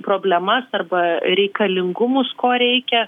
problemas arba reikalingumus ko reikia